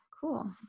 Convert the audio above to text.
cool